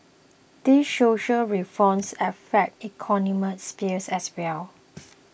these social reforms affect economic sphere as well